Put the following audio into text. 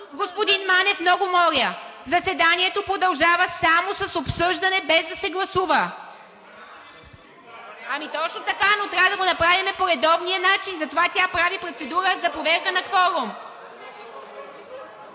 Господин Манев, много моля. …заседанието продължава само с обсъждане, без да се гласува. (Реплики.) Ами точно така, но трябва да го направим по редовния начин. Затова тя прави процедура за проверка на кворум.